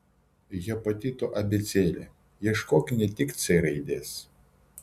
hepatito abėcėlė ieškok ne tik c raidės